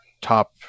top